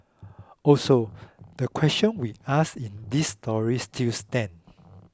also the questions we asked in this story still stand